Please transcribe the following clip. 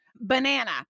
banana